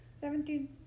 Seventeen